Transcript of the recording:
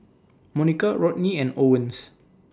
Monica Rodney and Owens